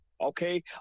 okay